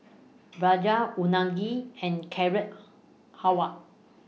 Falafel Unagi and Carrot Halwa